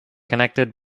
connected